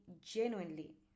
genuinely